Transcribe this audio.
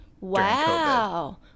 Wow